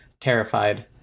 terrified